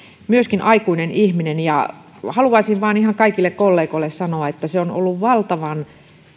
myöskin aikuinen ihminen haluaisin vain ihan kaikille kollegoille sanoa että se on ollut valtavan